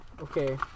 Okay